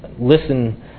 listen